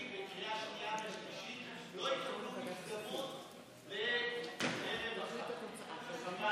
בכוח העבודה ולצמצום פערים חברתיים (מענק עבודה)